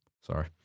Sorry